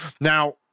Now